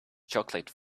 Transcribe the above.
chocolate